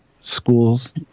schools